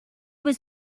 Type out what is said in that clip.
was